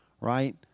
right